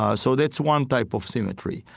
ah so that's one type of symmetry.